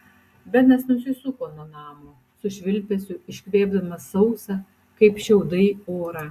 benas nusisuko nuo namo su švilpesiu iškvėpdamas sausą kaip šiaudai orą